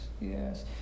yes